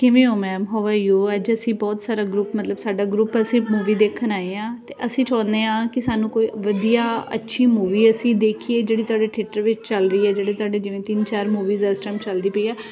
ਕਿਵੇਂ ਹੋ ma'am how are you ਅੱਜ ਅਸੀਂ ਬਹੁਤ ਸਾਰਾ ਗਰੁੱਪ ਮਤਲਬ ਸਾਡਾ ਗਰੁੱਪ ਅਸੀਂ ਮੂਵੀ ਦੇਖਣ ਆਏ ਹਾਂ ਅਤੇ ਅਸੀਂ ਚਾਹੁੰਦੇ ਹਾਂ ਕਿ ਸਾਨੂੰ ਕੋਈ ਵਧੀਆ ਅੱਛੀ ਮੂਵੀ ਅਸੀਂ ਦੇਖੀਏ ਜਿਹੜੀ ਤੁਹਾਡੇ ਥੀਏਟਰ ਵਿੱਚ ਚੱਲ ਰਹੀ ਤਿਨ ਚਾਰ ਮੂਵੀਜ਼ ਇਸ ਟਾਈਮ ਚੱਲਦੀ ਪਈ ਆ